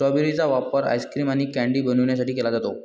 strawberry चा वापर ice cream आणि कँडी बनवण्यासाठी केला जातो